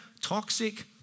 toxic